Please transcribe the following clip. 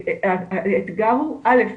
האתגר הוא א.